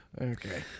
Okay